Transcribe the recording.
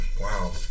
Wow